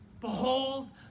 Behold